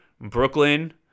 Brooklyn